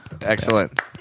excellent